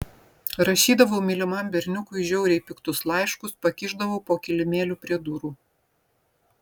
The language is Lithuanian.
rašydavau mylimam berniukui žiauriai piktus laiškus pakišdavau po kilimėliu prie durų